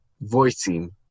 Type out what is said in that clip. voicing